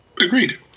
Agreed